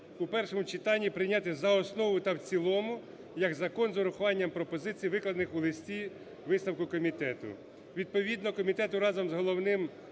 у першому читанні прийняти за основу та в цілому як Закон з урахуванням пропозицій, викладених у листі висновку комітету. Відповідно комітету разом з Головним